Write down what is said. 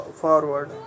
forward